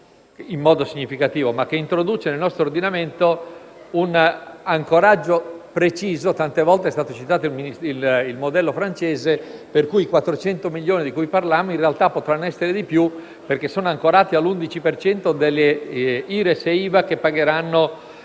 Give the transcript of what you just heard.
in modo significativo, ma introduce nel nostro ordinamento un ancoraggio preciso. Tante volte è stato citato il modello francese, per cui i 400 milioni di cui parliamo in realtà potranno essere di più perché sono ancorati all’11 per cento di IRES e IVA che devono